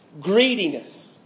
greediness